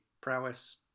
Prowess